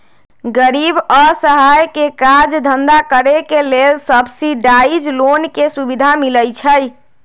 गरीब असहाय के काज धन्धा करेके लेल सब्सिडाइज लोन के सुभिधा मिलइ छइ